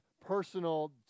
personal